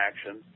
action